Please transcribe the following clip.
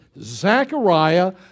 Zechariah